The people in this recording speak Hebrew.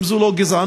אם זו לא גזענות,